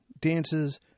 dances